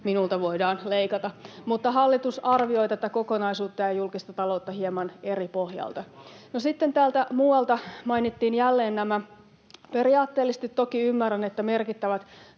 minulta voidaan leikata”. Mutta hallitus arvioi tätä kokonaisuutta ja julkista taloutta hieman eri pohjalta. No, sitten täältä muualta mainittiin jälleen — periaatteellisesti toki ymmärrän — merkittävät